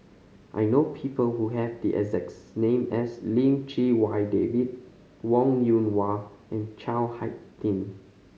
I know people who have the exacts name as Lim Chee Wai David Wong Yoon Wah and Chao Hick Tin